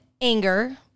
anger